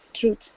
Truth